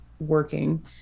working